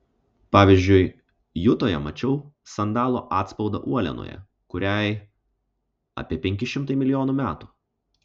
pavyzdžiui jutoje mačiau sandalo atspaudą uolienoje kuriai apie penki šimtai milijonų metų